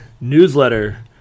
newsletter